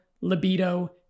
libido